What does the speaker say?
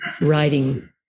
writing